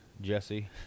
Jesse